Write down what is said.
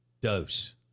Dose